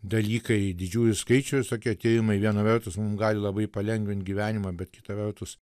dalykai didžiųjų skaičių tokie tyrimai viena vertus mum gali labai palengvinti gyvenimą bet kita vertus